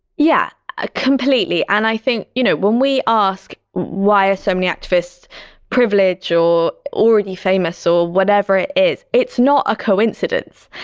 yeah, ah completely. and i think, you know, when we ask why are so many activists privileged or already famous or whatever it is, it's not a coincidence.